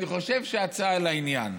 בגלל שאני חושב שההצעה לעניין.